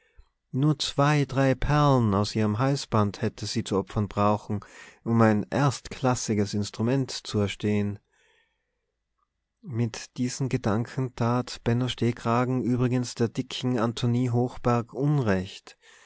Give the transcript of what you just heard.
nur zwei drei perlen aus ihrem halsband hätte sie zu opfern brauchen um ein erstklassiges instrument zu erstehen mit diesen gedanken tat benno stehkragen übrigens der dicken antonie hochberg unrecht